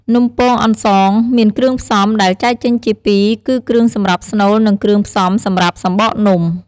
នំពងអន្សងមានគ្រឿងផ្សំ ដែលចែកចេញជាពីរគឺគ្រឿងសម្រាប់ស្នូល និងគ្រឿងផ្សំសម្រាប់សំបកនំ។